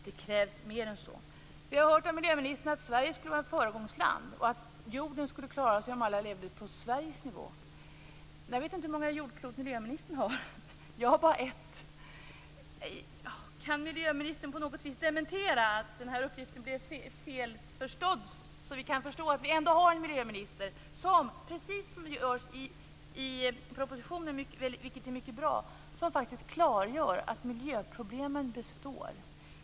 Det krävs mer än så. Vi har hört av miljöministern att Sverige skulle vara ett föregångsland, att jorden skulle klara sig om alla levde på Sveriges nivå. Jag vet inte hur många jordklot miljöministern har, jag har bara ett. Kan miljöministern på något vis dementera detta och säga att den här uppgiften blev missförstådd, så att vi kan förstå att vi ändå har en miljöminister som precis som det görs i propositionen, vilket är mycket bra, faktiskt klargör att miljöproblemen består.